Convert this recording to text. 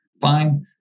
fine